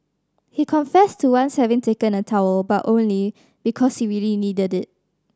he confessed to once having taken a towel but only because he really needed it